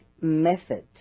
method